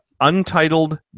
Untitled